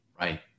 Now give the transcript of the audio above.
Right